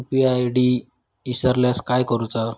UPI ID इसरल्यास काय करुचा?